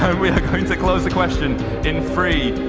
going to close the question in three,